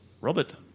Robert